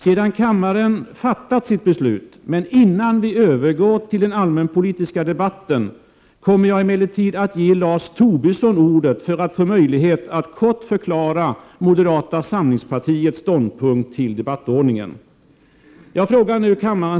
Sedan kammaren fattat sitt beslut, men innan vi övergår till den allmänpolitiska debatten, kommer jag att ge Lars Tobisson ordet för att han skall få möjlighet att kort förklara moderata samlingspartiets ståndpunkt till debattordningen.